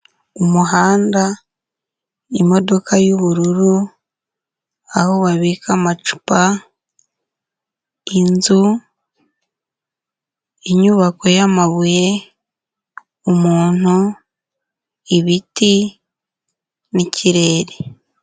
Umuhanda, imodoka y'ubururu, aho babika amacupa, inzu, inyubako y'amabuye, umuntu, ibiti n'ikirere.